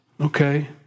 Okay